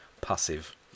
passive